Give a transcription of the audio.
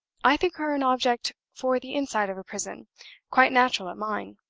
i think her an object for the inside of a prison quite natural at mine.